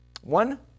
One